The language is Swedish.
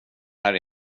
här